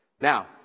Now